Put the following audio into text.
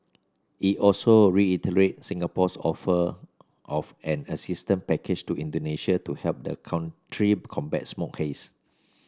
it also reiterated Singapore's offer of an assistance package to Indonesia to help the country combat smoke haze